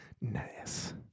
nice